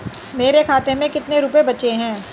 मेरे खाते में कितने रुपये बचे हैं?